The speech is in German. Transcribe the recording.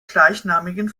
gleichnamigen